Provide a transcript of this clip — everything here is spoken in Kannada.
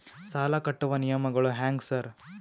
ಸಾಲ ಕಟ್ಟುವ ನಿಯಮಗಳು ಹ್ಯಾಂಗ್ ಸಾರ್?